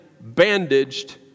bandaged